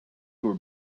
her